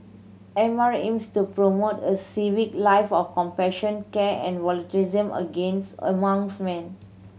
M R aims to promote a civic life of compassion care and volunteerism against amongst man